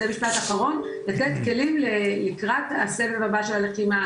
לתת כלים לקראת הסבב הבא של הלחימה,